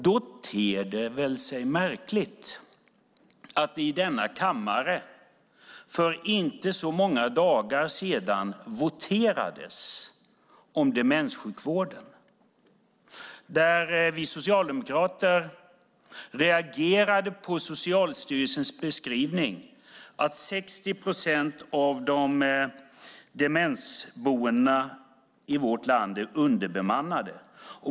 Då ter det sig väl märkligt att det i denna kammare för inte så många dagar sedan voterades om demenssjukvården. Vi socialdemokrater reagerade på Socialstyrelsens beskrivning att 60 procent av demensboendena i vårt land är underbemannade.